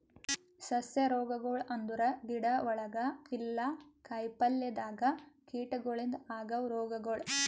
ಸಸ್ಯ ರೋಗಗೊಳ್ ಅಂದುರ್ ಗಿಡ ಒಳಗ ಇಲ್ಲಾ ಕಾಯಿ ಪಲ್ಯದಾಗ್ ಕೀಟಗೊಳಿಂದ್ ಆಗವ್ ರೋಗಗೊಳ್